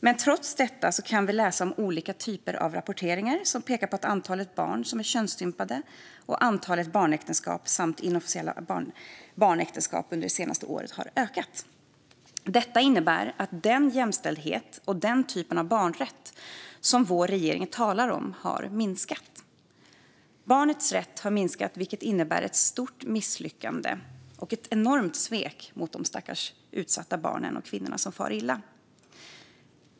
Men trots detta kan vi läsa olika typer av rapporteringar som pekar på att antalet barn som är könsstympade och antalet barnäktenskap samt inofficiella barnäktenskap har ökat under det senaste året. Detta innebär att den jämställdhet och den typ av barnrätt som vår regering talar om har minskat. Barnets rätt har minskat, vilket innebär ett stort misslyckande och ett enormt svek mot de stackars utsatta barn och kvinnor som far illa.